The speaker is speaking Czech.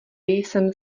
jsem